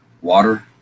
water